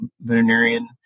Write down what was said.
veterinarian